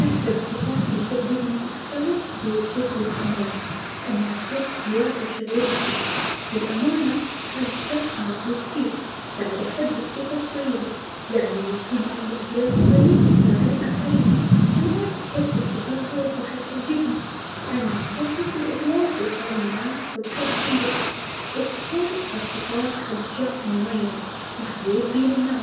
أكثر الصفات اللي تعجبني في الأفراد هي الصدج والأمانة, لأن هالصدج يعطي شعور بالثقة, والأمانة تخلي الشخص موثوق فيه, بعد أحب الصفة الطيبة, يعني اللي يكون عنده جلب طيب ويساعد الآخرين, كمان حس الفكاهة والضحك يعجبني, لأن يخفف الأجواء ويخلي الناس تضحك وتنبسط, باختصار هالصفات تخلي الشخص مميز ومحبوب بين الناس.